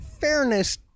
fairness